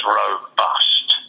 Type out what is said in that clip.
robust